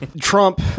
Trump